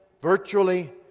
virtually